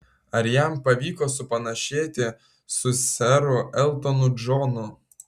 ar jam pavyko supanašėti su seru eltonu džonu